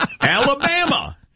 Alabama